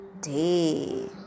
day